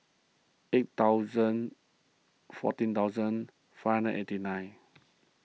eight thousand fourteen thousand five hundred eighty nine